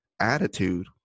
attitude